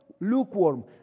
lukewarm